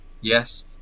Yes